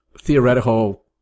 theoretical